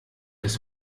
das